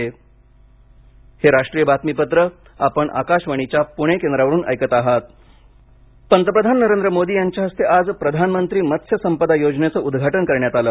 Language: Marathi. प्रधानमंत्री मत्स्यसंपदा पंतप्रधान नरेंद्र मोदी यांच्या हस्ते आज प्रधानमंत्री मत्स्यसंपदा योजनेचं उद्घाटन करण्यात आलं